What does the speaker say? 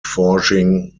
forging